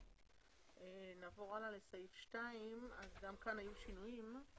נעבור לסעיף 2 שגם בו היו שינויים.